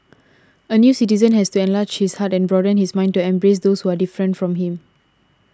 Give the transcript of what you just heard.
a new citizen has to enlarge his heart and broaden his mind to embrace those who are different from him